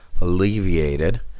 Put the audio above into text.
alleviated